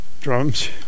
drums